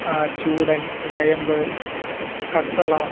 ആ ചൂടൻ വയമ്പ് കട്ടള